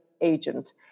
agent